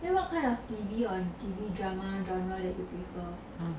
then what kind of T_V on T_V drama genre that you prefer